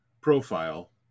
profile